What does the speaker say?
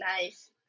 nice